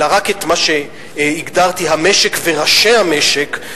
אלא רק את מה שהגדרתי "המשק" ו"ראשי המשק",